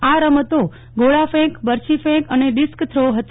આ રમતો ગોળાફેંક બરછી ફેંક અને ડીસ્ક શ્રો હતી